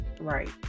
Right